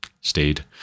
stayed